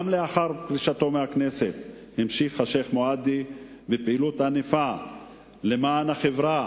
גם לאחר פרישתו מהכנסת המשיך השיח' מועדי בפעילות ענפה למען החברה